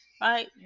right